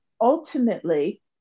ultimately